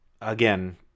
Again